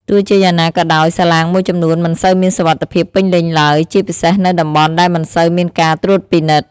ទោះជាយ៉ាងណាក៏ដោយ សាឡាងមួយចំនួនមិនសូវមានសុវត្ថិភាពពេញលេញឡើយ ជាពិសេសនៅតំបន់ដែលមិនសូវមានការត្រួតពិនិត្យ។